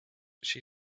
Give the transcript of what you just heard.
she